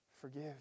Forgive